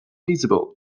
feasible